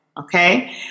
Okay